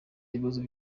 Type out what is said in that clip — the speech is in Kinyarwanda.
ibibazo